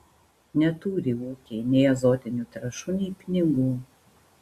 neturi ūkiai nei azotinių trąšų nei pinigų